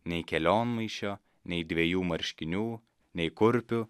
nei kelionmaišio nei dvejų marškinių nei kurpių